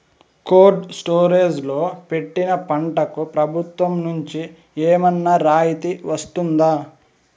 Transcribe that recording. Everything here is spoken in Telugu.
కోల్డ్ స్టోరేజ్ లో పెట్టిన పంటకు ప్రభుత్వం నుంచి ఏమన్నా రాయితీ వస్తుందా?